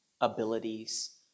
abilities